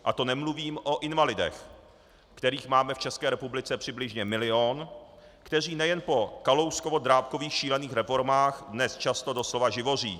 A to nemluvím o invalidech, kterých máme v České republice přibližně milion, kteří nejen po KalouskovoDrábkových šílených reformách dnes často doslova živoří.